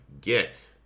get